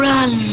Run